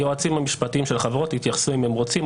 היועצים המשפטיים של החברות יתייחסו אם הם רוצים.